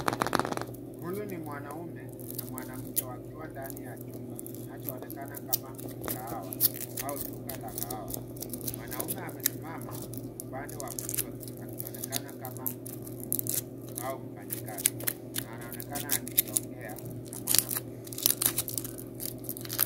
Huyu ni mwanamume na mwanamke wakiwa ndani ya chumba kinachoonekana kama mkahawa au duka la kahawa . Mwanaume amesimama upande wa kushoto akionekana kama mhudumu au mfanyikazi na anaonekana akiongea na mwanamke.